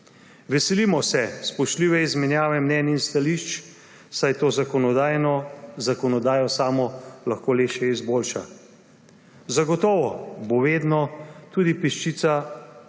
Veselimo se spoštljive izmenjave mnenj in stališč, saj to zakonodajo samo lahko le še izboljša. Zagotovo bo vedno tudi peščica takih,